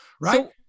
right